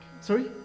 Sorry